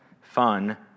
fun